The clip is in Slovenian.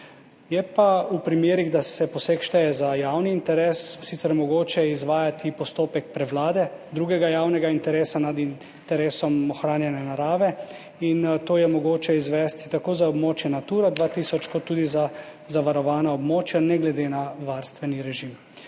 Je pa v primerih, da se poseg šteje za javni interes, sicer mogoče izvajati postopek prevlade drugega javnega interesa nad interesom ohranjanja narave in to je mogoče izvesti tako za območje Natura 2000 kot tudi za zavarovana območja ne glede na varstveni režim.